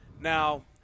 Now